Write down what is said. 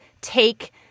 take